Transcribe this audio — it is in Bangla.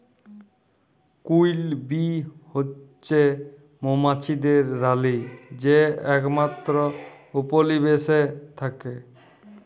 কুইল বী হছে মোমাছিদের রালী যে একমাত্তর উপলিবেশে থ্যাকে